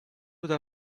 would